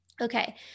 Okay